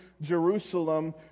Jerusalem